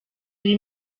ari